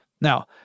Now